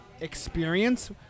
experience